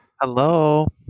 Hello